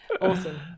awesome